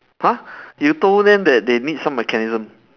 !huh! you told them that they need some mechanism